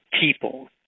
people